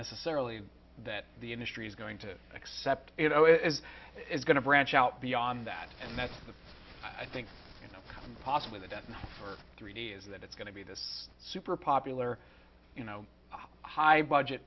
necessarily that the industry is going to accept it as it's going to branch out beyond that and that's the i think you know possibly the death knell for three d is that it's going to be this super popular you know high budget